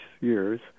years